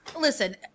Listen